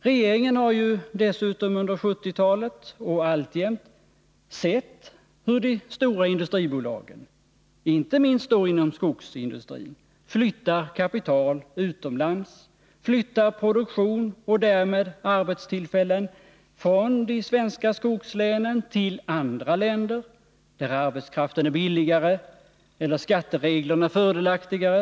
Regeringen har dessutom under 1970-talet bara sett på, och gör så alltjämt, hur de stora industribolagen — inte minst då inom skogsindustrin — flyttar kapital utomlands, flyttar produktion och därmed arbetstillfällen från de svenska skogslänen till andra länder, där arbetskraften är billigare eller skattereglerna fördelaktigare.